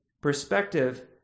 Perspective